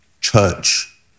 Church